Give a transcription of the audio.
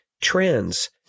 trends